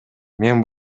мен